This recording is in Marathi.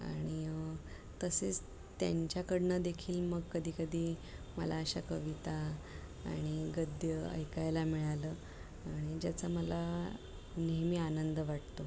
आणि तसेच त्यांच्याकडून देखील मग कधीकधी मला अशा कविता आणि गद्य ऐकायला मिळालं आणि ज्याचा मला नेहमी आनंद वाटतो